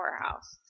powerhouse